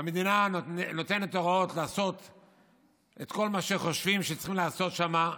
המדינה נותנת הוראות לעשות את כל מה שחושבים שצריכים לעשות שם.